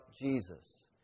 Jesus